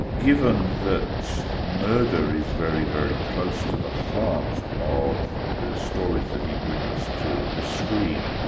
given that murder is very, very close to the heart of the stories that he brings to the screen,